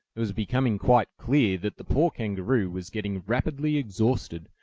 it was becoming quite clear that the poor kangaroo was getting rapidly exhausted,